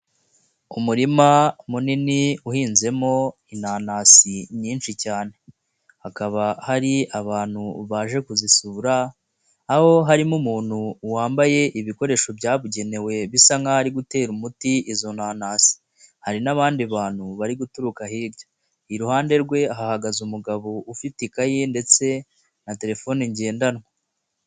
Umurima munini uhinzemo inanasi nyinshi cyane, hakaba hari abantu baje kuzisura aho harimo umuntu wambaye ibikoresho byabugenewe bisa nk'aho gutera umuti izo nanasi, hari n'abandi bantu bari guturuka hirya, iruhande rwe hahagaze umugabo ufite ikayi ye ndetse na telefone ngendanwa.